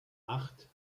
acht